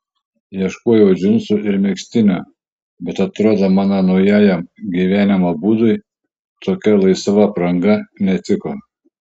ieškojau džinsų ir megztinio bet atrodo mano naujajam gyvenimo būdui tokia laisva apranga netiko